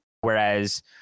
Whereas